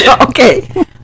Okay